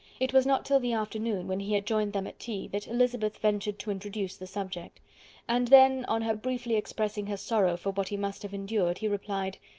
it was not till the afternoon, when he had joined them at tea, that elizabeth ventured to introduce the subject and then, on her briefly expressing her sorrow for what he must have endured, he replied,